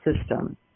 system